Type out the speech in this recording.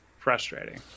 frustrating